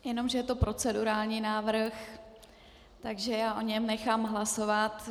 Jenomže je to procedurální návrh, takže já o něm nechám hlasovat.